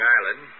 Island